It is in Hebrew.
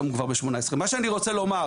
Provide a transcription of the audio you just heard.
היום הוא כבר בן 18. מה שאני רוצה לומר,